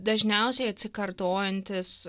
dažniausiai atsikartojantis